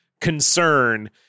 concern